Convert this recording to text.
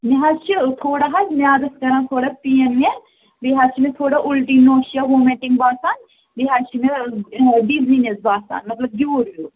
مےٚ حظ چھِ تھوڑا حظ میادَس کَران تھوڑا پین وین بیٚیہِ حظ چھِ مےٚ تھوڑا اُلٹی نوشیا وومِٹِنٛگ باسان بیٚیہِ حظ چھِ مےٚ ڈِزینیٚس باسان مطلب گیوٗر ہیٚو